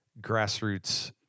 grassroots